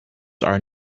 are